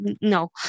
no